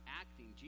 acting